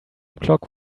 clock